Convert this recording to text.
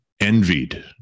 envied